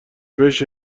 بهش